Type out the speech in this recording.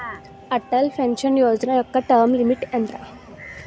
Atal pension Yojana యెక్క term limit ఎంత?